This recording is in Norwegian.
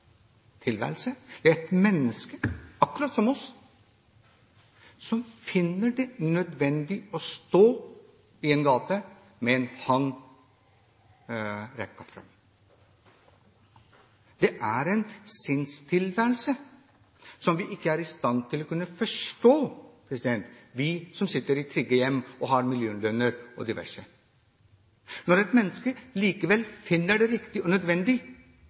Det er et menneske, akkurat som oss, som finner det nødvendig å stå i en gate med en hand rukket fram. Det er en sinnstilværelse som vi ikke er i stand til å kunne forstå – vi som sitter i trygge hjem og har millionlønner og diverse. Når et menneske likevel finner det riktig og nødvendig,